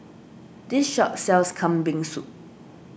this shop sells Kambing Soup